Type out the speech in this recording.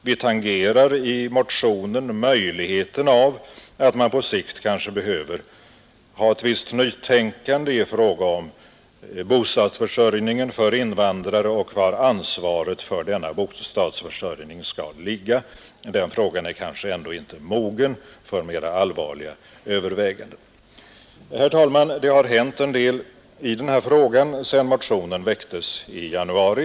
Vi tangerar i motionen möjligheten att det på sikt kanske behövs ett visst nytänkande i fråga om bostadsförsörjningen för invandrare och var ansvaret för denna bostadsförsörjning skall ligga. De frågorna är väl ännu inte mogna för mera allvarliga överväganden. Herr talman! Det har hänt en hel del på det här området sedan motionen väcktes i januari.